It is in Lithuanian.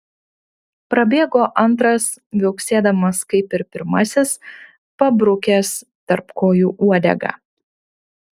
prabėgo antras viauksėdamas kaip ir pirmasis pabrukęs tarp kojų uodegą